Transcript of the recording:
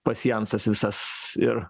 pasjansas visas ir